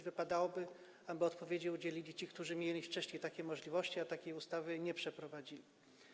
Wypadałoby, aby odpowiedzi udzielili ci, którzy mieli wcześniej możliwości, a takiej ustawy nie przeprowadzili.